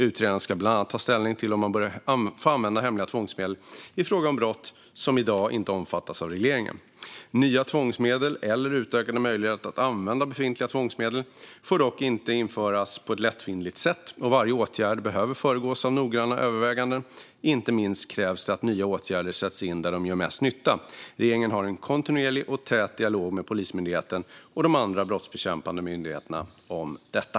Utredaren ska bland annat ta ställning till om man bör få använda hemliga tvångsmedel i fråga om brott som i dag inte omfattas av regleringen. Nya tvångsmedel eller utökade möjligheter att använda befintliga tvångsmedel får dock inte införas på ett lättvindigt sätt, och varje åtgärd behöver föregås av noggranna överväganden. Inte minst krävs det att nya åtgärder sätts in där de gör mest nytta. Regeringen har en kontinuerlig och tät dialog med Polismyndigheten och de andra brottsbekämpande myndigheterna om detta.